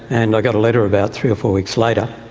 and i got a letter about three or four weeks later,